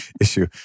issue